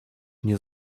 nie